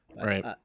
Right